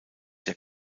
der